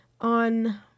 on